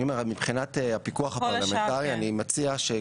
נכון, אבל מבחינת הפיקוח הפרלמנטרי אני מציע,